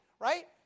right